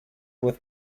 with